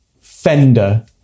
Fender